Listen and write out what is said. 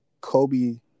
Kobe